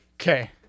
Okay